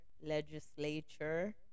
legislature